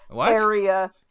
area